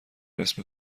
اسم